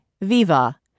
VIVA